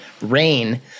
rain